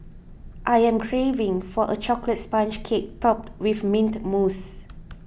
I am craving for a Chocolate Sponge Cake Topped with Mint Mousse